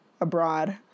abroad